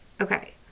okay